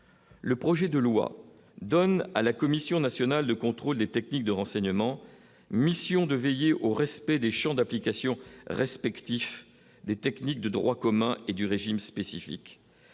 Le projet de loi donne à la Commission nationale de contrôle des techniques de renseignement mission de veiller au respect des champs d'application respectif des techniques de droit commun et du régime spécifique,